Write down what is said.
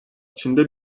içinde